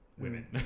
Women